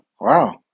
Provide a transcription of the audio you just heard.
Wow